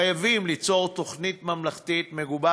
חייבים ליצור תוכנית ממלכתית מגובה